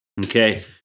okay